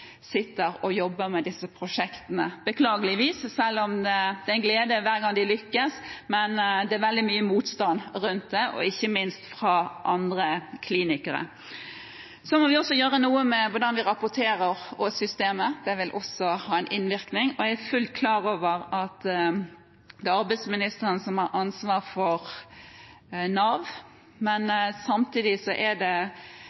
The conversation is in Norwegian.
sitter og jobber med disse prosjektene – beklageligvis – selv om det er en glede hver gang de lykkes. Men det er veldig mye motstand mot dette, ikke minst fra andre klinikere. Vi må også gjøre noe med hvordan vi rapporterer, og med systemet. Det vil også ha en innvirkning. Jeg er fullt klar over at det er arbeidsministeren som har ansvar for Nav, men samtidig er det